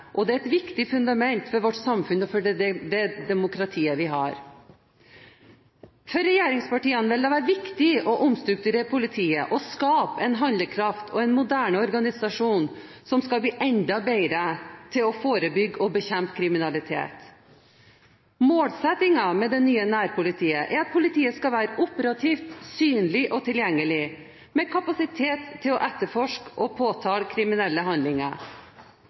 og det er et viktig fundament for vårt samfunn og for det demokratiet vi har. For regjeringspartiene vil det være viktig å omstrukturere politiet og skape en handlekraftig og moderne organisasjon som skal bli enda bedre til å forebygge og bekjempe kriminalitet. Målsettingen med det nye nærpolitiet er at politiet skal være operativt, synlig og tilgjengelig, med kapasitet til å etterforske og påtale kriminelle handlinger.